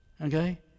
okay